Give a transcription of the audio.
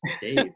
Dave